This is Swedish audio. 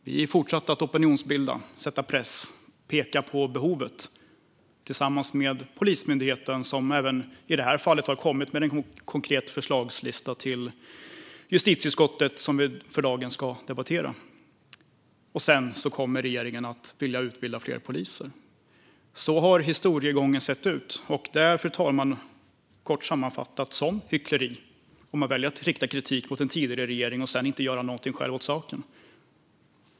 Vi fortsatte att opinionsbilda, sätta press och peka på behovet tillsammans med Polismyndigheten - de har även i det här fallet kommit med en konkret förslagslista till justitieutskottet som vi för dagen ska debattera. Sedan ville regeringen utbilda fler poliser. Så har historien sett ut. Fru talman! Det är, kort sammanfattat, hyckleri om man väljer att rikta kritik mot en tidigare regering och sedan inte gör någonting själv åt saken.